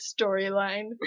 storyline